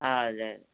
ആ അതെ